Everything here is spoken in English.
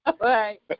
Right